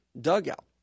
dugout